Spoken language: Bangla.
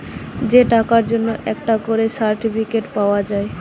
যে টাকার জন্যে একটা করে সার্টিফিকেট পাওয়া যায়